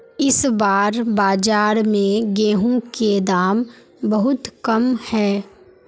इस बार बाजार में गेंहू के दाम बहुत कम है?